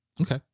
Okay